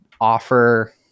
offer